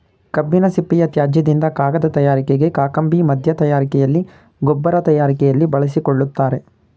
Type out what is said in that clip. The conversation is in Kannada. ಕಬ್ಬಿನ ಸಿಪ್ಪೆಯ ತ್ಯಾಜ್ಯದಿಂದ ಕಾಗದ ತಯಾರಿಕೆಗೆ, ಕಾಕಂಬಿ ಮಧ್ಯ ತಯಾರಿಕೆಯಲ್ಲಿ, ಗೊಬ್ಬರ ತಯಾರಿಕೆಯಲ್ಲಿ ಬಳಸಿಕೊಳ್ಳುತ್ತಾರೆ